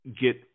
get